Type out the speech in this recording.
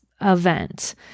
event